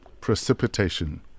Precipitation